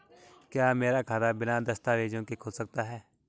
क्या मेरा खाता बिना दस्तावेज़ों के खुल सकता है?